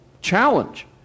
challenge